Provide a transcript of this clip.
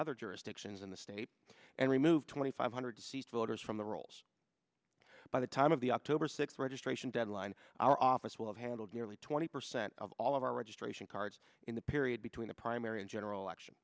other jurisdictions in the state and remove twenty five hundred seat voters from the rolls by the time of the october sixth registration deadline our office will have handled nearly twenty percent of all of our registration cards in the period between the primary and general election